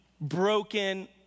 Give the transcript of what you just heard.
broken